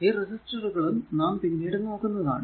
ഈ റെസിസ്റ്ററുകളും നാം പിന്നീട് നോക്കുന്നതാണ്